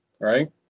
right